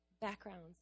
backgrounds